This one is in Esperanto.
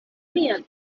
mia